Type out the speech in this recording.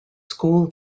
school